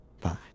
Bye